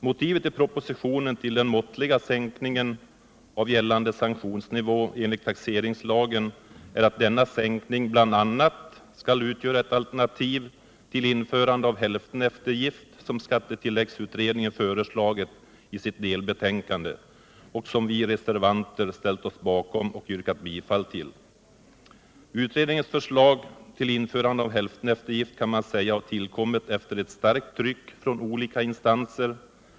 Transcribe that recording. Motivet i propositionen till den måttliga sänkningen av gällande sanktionsnivå enligt taxeringslagen är att denna sänkning bl.a. skall utgöra ett alternativ till införande av hälftenavgift, som skattetilläggsutredningen föreslagit i sitt delbetänkande och som vi reservanter ställt oss bakom och yrkat bifall till. Utredningens förslag till införande av hälfteneftergift kan man säga har tillkommit efter ett starkt tryck från olika instanser.